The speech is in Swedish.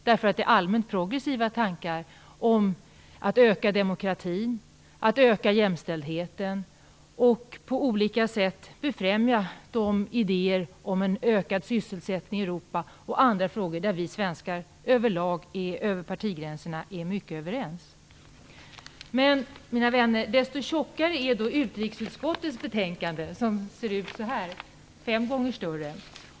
Det är allmänt progressiva tankar om att öka demokratin, att öka jämställdheten och att på olika sätt befrämja idéerna om en ökad sysselsättning i Europa och de andra frågor där vi svenskar över lag är mycket överens över partigränserna. Men, mina vänner, desto tjockare är utrikesutskottets betänkande - det är fem gånger större.